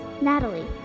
Natalie